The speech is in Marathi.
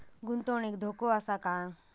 गुंतवणुकीत धोको आसा काय?